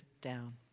down